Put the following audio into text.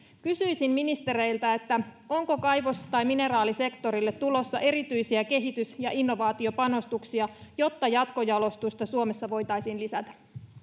kysyisin ministereiltä onko kaivos tai mineraalisektorille tulossa erityisiä kehitys ja innovaatiopanostuksia jotta jatkojalostusta suomessa voitaisiin lisätä